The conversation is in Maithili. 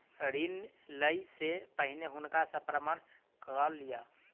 ऋण लै से पहिने हुनका सॅ परामर्श कय लिअ